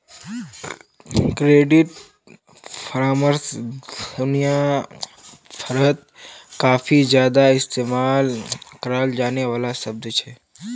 credit परामर्श दुनिया भरत काफी ज्यादा इस्तेमाल कराल जाने वाला शब्द छिके